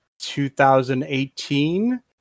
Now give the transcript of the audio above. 2018